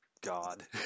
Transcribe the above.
God